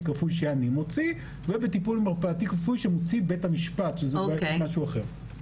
כפוי שאני מוציא ובטיפול מרפאתי כפוי שמוציא בית המשפט שזה יותר חמור.